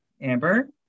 Amber